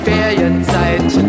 Ferienzeit